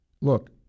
look